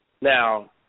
Now